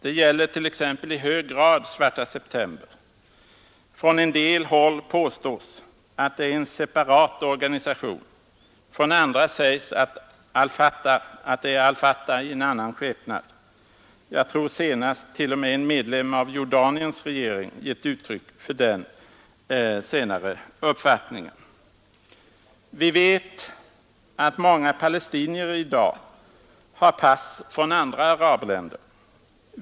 Detta gäller t.ex. i hög grad Svarta september. Från en del håll påstås att det är en separat organisation, från andra håll sägs att det är al Fatah i en annan skepnad — jag tror att senast t.o.m. en medlem av Jordaniens regering gett uttryck för den sistnämnda uppfattningen. Vi vet att många palestinier i dag har pass från andra arabländer.